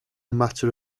matter